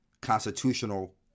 constitutional